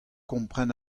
kompren